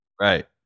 right